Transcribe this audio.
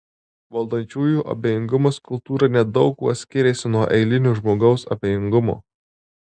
valdančiųjų abejingumas kultūrai nedaug kuo skiriasi nuo eilinio žmogaus abejingumo